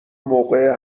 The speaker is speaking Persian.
موقع